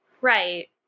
Right